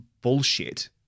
bullshit